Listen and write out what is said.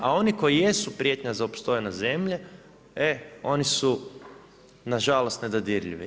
A oni koji jesu prijetnja za opstojnost zemlje, e oni su na žalost nedodirljivi.